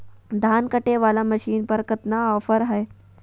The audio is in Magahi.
धान कटे बाला मसीन पर कतना ऑफर हाय?